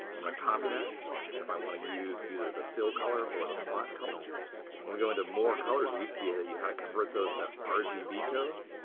i'm going to copy that and if i want to use either the fill color or the font color when we go into more colors, it used to be that you had to convert those to um rgb codes.